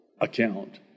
account